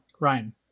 Ryan